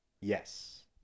Yes